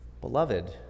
Beloved